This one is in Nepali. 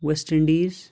West Indies